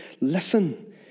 listen